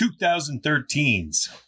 2013s